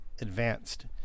advanced